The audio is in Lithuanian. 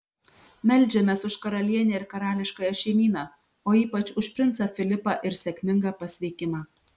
meldžiamės už karalienę ir karališkąją šeimyną o ypač už princą filipą ir sėkmingą pasveikimą